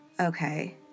Okay